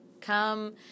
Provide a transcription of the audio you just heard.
come